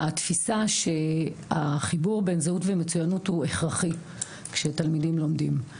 התפיסה שהחיבור בין זהות ומצוינות הוא הכרחי כשתלמידים לומדים,